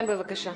כן, בבקשה.